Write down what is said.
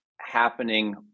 happening